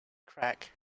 crack